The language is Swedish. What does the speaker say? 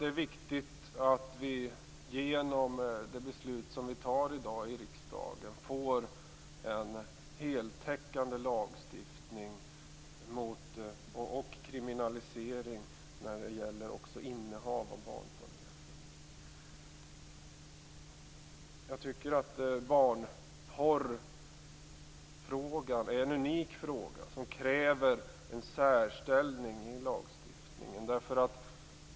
Det är viktigt att vi med hjälp av det beslut vi fattar i dag i riksdagen får en heltäckande lagstiftning mot och kriminalisering av innehav av barnpornografi. Frågan om barnpornografi är unik och kräver en särställning i lagstiftningen.